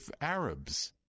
Arabs